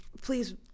please